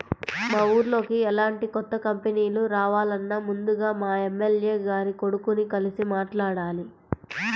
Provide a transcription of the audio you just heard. మా ఊర్లోకి ఎలాంటి కొత్త కంపెనీలు రావాలన్నా ముందుగా మా ఎమ్మెల్యే గారి కొడుకుని కలిసి మాట్లాడాలి